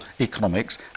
economics